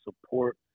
support